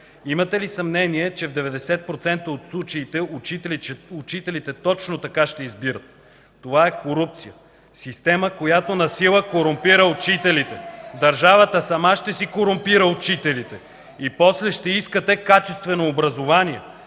Имате ли съмнение, че в 90% от случаите учителите точно така ще избират? Това е корупция, система, която насила корумпира учителите. (Възгласи от ГЕРБ: „Ееее!”) Държавата сама ще си корумпира учителите и после ще искате качествено образование!